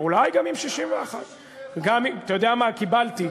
אולי גם עם 61. אתה יודע מה, קיבלתי.